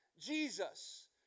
Jesus